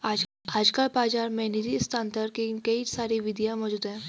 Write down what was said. आजकल बाज़ार में निधि स्थानांतरण के कई सारी विधियां मौज़ूद हैं